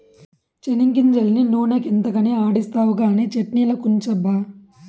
చెనిగ్గింజలన్నీ నూనె ఎంతకని ఆడిస్తావు కానీ చట్ట్నిలకుంచబ్బా